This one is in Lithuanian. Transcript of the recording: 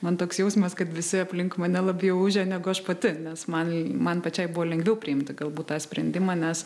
man toks jausmas kad visi aplink mane labiau ūžia negu aš pati nes man man pačiai buvo lengviau priimti galbūt tą sprendimą nes